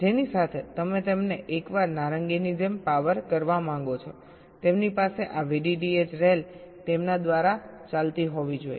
જેની સાથે તમે તેમને એકવાર નારંગીની જેમ પાવર કરવા માંગો છો તેમની પાસે આ VDDH રેલ તેમના દ્વારા ચાલતી હોવી જોઈએ